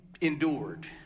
endured